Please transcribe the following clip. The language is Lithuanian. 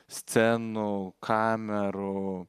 scenų kamerų